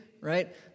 right